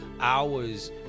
hours